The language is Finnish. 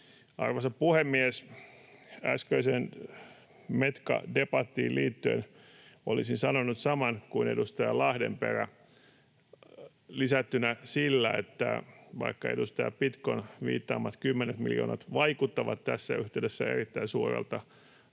Arvoisa puhemies! Äskeiseen Metka-debattiin liittyen olisin sanonut saman kuin edustaja Lahdenperä, lisättynä sillä, että vaikka edustaja Pitkon viittaamat kymmenet miljoonat vaikuttavat tässä yhteydessä erittäin suurelta